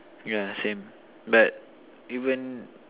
yeah same but even